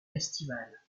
estivale